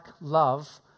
love